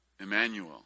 Emmanuel